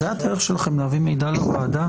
זאת הדרך להביא מידע לוועדה?